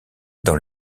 dans